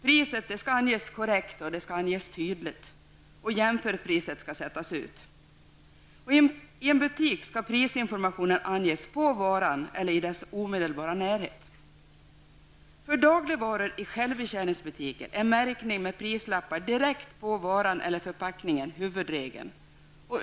Priset skall anges korrekt och tydligt. Jämförpriser skall också sättas ut. I en butik skall prisinformationen anges på varan eller i dess omedelbara närhet. För dagligvaror i självbetjäningsbutiker är märkning med prislappar direkt på varan eller på förpackningen huvudregeln.